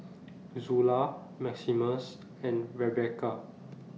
Zula Maximus and Rebekah